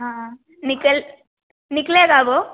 हाँ निकल निकलेगा वो